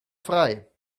frei